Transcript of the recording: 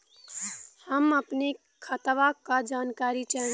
हम अपने खतवा क जानकारी चाही?